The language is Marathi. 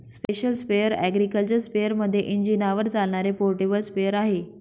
स्पेशल स्प्रेअर अॅग्रिकल्चर स्पेअरमध्ये इंजिनावर चालणारे पोर्टेबल स्प्रेअर आहे